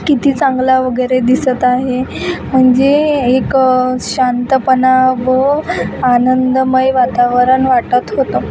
किती चांगला वगैरे दिसत आहे म्हणजे एक शांतपणा व आनंदमय वातावरण वाटत होतं